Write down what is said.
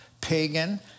pagan